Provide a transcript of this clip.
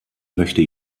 möchte